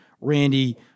Randy